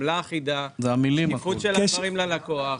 עמלה אחידה, מיקוד של הדברים ללקוח.